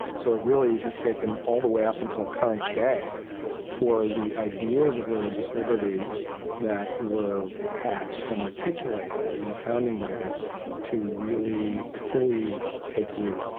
so it really has taken all the way up until current day for the ideas of religious liberty that were hatched and articulated in the founding years to really fully take root